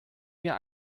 mir